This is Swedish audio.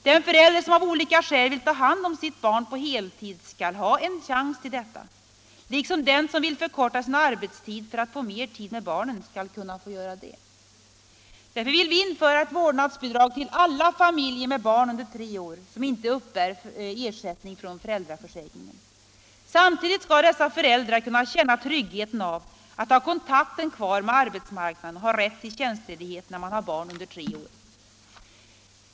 Den förälder som av olika skäl vill ta hand om sitt barn på heltid skall ha chans till detta, liksom den som vill förkorta sin arbetstid för att få mer tid med barnen skall kunna få göra det. Därför vill vi införa vårdnadsbidrag till alla familjer med barn under tre år som inte uppbär ersättning från föräldraförsäkring. Samtidigt skall dessa föräldrar kunna känna tryggheten av att ha kontakten kvar med arbetsmarknaden och ha rätt till tjänstledighet när man har barn under tre år.